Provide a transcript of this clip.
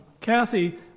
Kathy